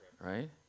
right